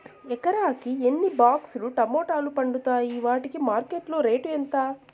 ఎకరాకి ఎన్ని బాక్స్ లు టమోటాలు పండుతాయి వాటికి మార్కెట్లో రేటు ఎంత?